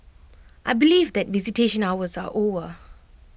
I believe that visitation hours are over